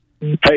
Hey